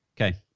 okay